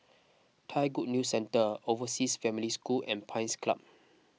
Thai Good News Centre Overseas Family School and Pines Club